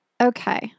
okay